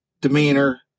demeanor